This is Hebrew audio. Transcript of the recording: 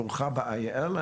ברוכה הבאה, יעל.